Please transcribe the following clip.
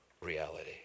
reality